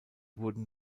wurden